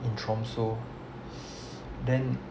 in tromso then